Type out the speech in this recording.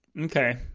Okay